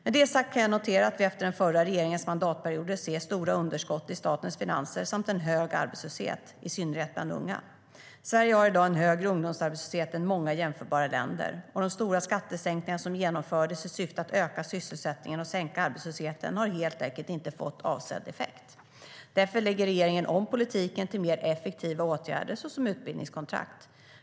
Med det sagt kan jag notera att vi efter den förra regeringens mandatperioder ser stora underskott i statens finanser samt en hög arbetslöshet, i synnerhet bland unga. Sverige har i dag en högre ungdomsarbetslöshet än många jämförbara länder. De stora skattesänkningar som genomfördes i syfte att öka sysselsättningen och sänka arbetslösheten har helt enkelt inte fått avsedd effekt. Därför lägger regeringen om politiken till mer effektiva åtgärder, såsom utbildningskontrakt.